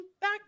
back